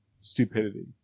Stupidity